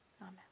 Amen